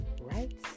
Right